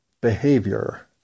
behavior